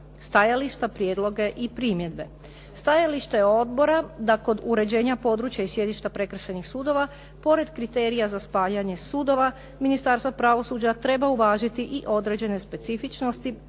stajališta, prijedloge i primjedbe. Stajalište je odbora da kod uređenja područja i sjedišta prekršajnih sudova pored kriterija za spajanje sudova Ministarstvo pravosuđa treba uvažiti i određene specifičnosti